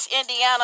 Indiana